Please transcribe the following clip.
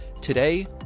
Today